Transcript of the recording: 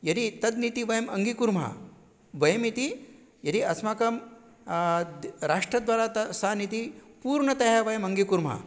यदि तत् नीतिः वयम् अङ्गीकुर्मः वयमिति यदि अस्माकं द् राष्ट्रद्वारा त सा नीतिः पूर्णतया वयम् अङ्गीकुर्मः